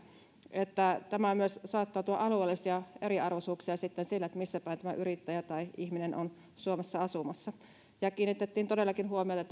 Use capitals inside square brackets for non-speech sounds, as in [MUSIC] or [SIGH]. että tämä saattaa myös tuoda alueellisia eriarvoisuuksia siinä missä päin tämä yrittäjä tai ihminen on suomessa asumassa tähän kiinnitettiin todellakin huomiota [UNINTELLIGIBLE]